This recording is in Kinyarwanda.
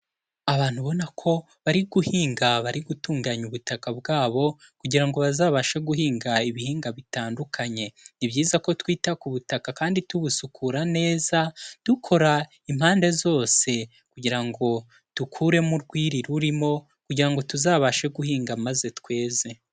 Abantu ubona ko bari guhinga bari gutunganya ubutaka bwabo kugira ngo bazabashe guhinga ibihingwa bitandukanye, ni byiza ko twita ku butaka kandi tubusukura neza dukora impande zose kugira ngo dukuremo urwiri rurimo kugira ngo tuzabashe guhinga maze tweze.